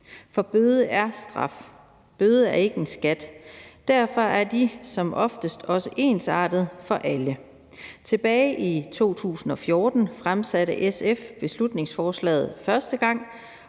For en bøde er en straf. En bøde er ikke en skat, og derfor er bøder som oftest også ensartede for alle. Tilbage i 2014 fremsatte SF beslutningsforslaget første gang,